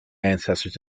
ancestors